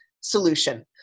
solution